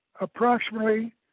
approximately